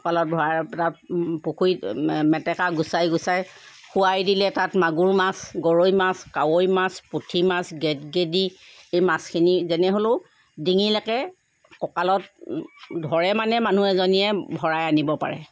কলাকত ভৰাই তাত পুখুৰীত মেটেকা গুচাই গুচাই শুৱাই দিলে তাত মাগুৰ মাছ গৰৈ মাছ কাৱৈ মাছ পুঠি মাছ গেদগেদি এই মাছখিনি যেনে হ'লেও ডিঙিলৈকে কঁকালত ধৰে মানে মানুহ এজনীয়ে ভৰাই আনিব পাৰে